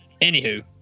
anywho